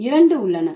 எனவே இரண்டு உள்ளன